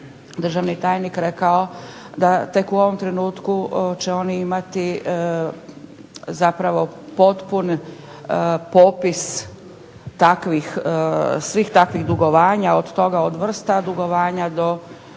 državni tajnik rekao da tek u ovom trenutku će on imati zapravo potpun popis svih takvih dugovanja, od toga od vrsta dugovanja do